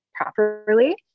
properly